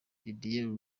didier